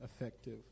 effective